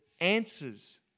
answers